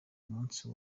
umunsi